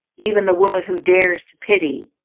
even the woman who dares to pity,